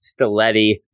Stiletti